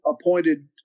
appointed